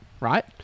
right